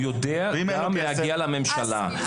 הוא יודע גם להגיע לממשלה.